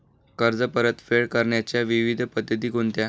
कर्ज परतफेड करण्याच्या विविध पद्धती कोणत्या?